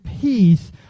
peace